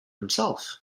himself